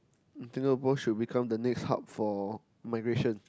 Singapore should become the next hub for migration